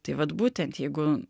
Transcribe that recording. tai vat būtent jeigu